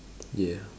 yeah